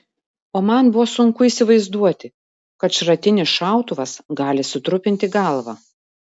o man buvo sunku įsivaizduoti kad šratinis šautuvas gali sutrupinti galvą